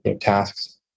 tasks